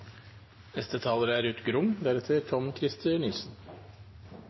Neste taler er